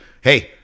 Hey